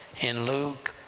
in luke,